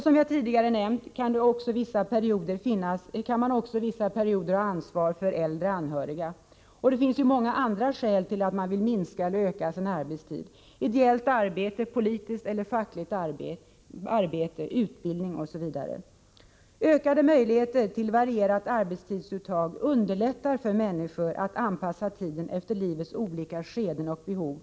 Som jag tidigare nämnt kan man också vissa perioder av livet ha ansvar för äldre anhöriga. Det finns också många andra skäl till att man vill minska eller öka sin arbetstid — ideellt, politiskt eller fackligt arbete, utbildning osv. Ökade möjligheter till varierat arbetstidsuttag underlättar för människor att anpassa arbetstiden efter livets olika skeden och behov.